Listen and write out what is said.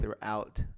throughout